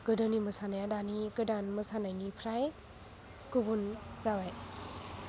गोदोनि मोसानाया दानि गोदान मोसानायनिफ्राय गुबुन जाबाय